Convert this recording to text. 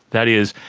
that is,